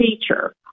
teacher